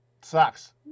Sucks